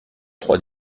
trois